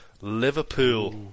Liverpool